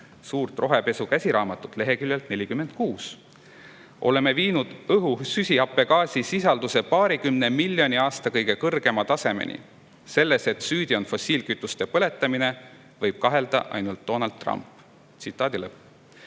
"Suure rohepesu käsiraamatu" leheküljelt 46: "Oleme viinud õhu süsihappegaasisisalduse paarikümne miljoni aasta kõige kõrgema tasemeni. Selles, et süüdi on fossiilkütuste põletamine, võib kahelda ainult Donald Trump." Seega ei